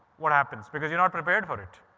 what happens because you're not prepared for it.